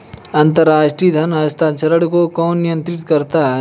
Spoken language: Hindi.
अंतर्राष्ट्रीय धन हस्तांतरण को कौन नियंत्रित करता है?